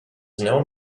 known